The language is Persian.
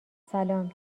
سلام